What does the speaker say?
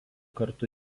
kartų